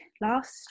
last